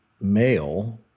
male